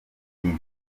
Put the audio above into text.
iyi